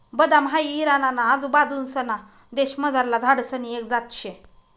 बदाम हाई इराणा ना आजूबाजूंसना देशमझारला झाडसनी एक जात शे